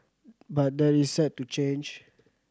but that is set to change